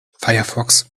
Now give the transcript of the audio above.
firefox